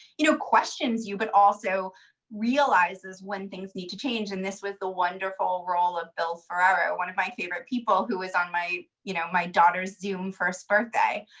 you know, questions you, but also realizes when things need to change, and this was the wonderful role of bill ferraro. one of my favorite people who was on my you know my daughter's zoom first birthday.